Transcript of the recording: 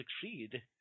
succeed